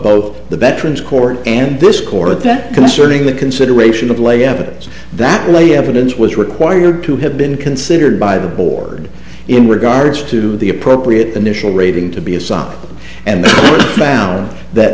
both the veterans court and this court that concerning the consideration of lay evidence that lay evidence was required to have been considered by the board in regards to the appropriate initial rating to be a sop and found that